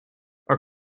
are